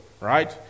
right